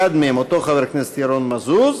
אחד מהם הוא אותו חבר הכנסת ירון מזוז,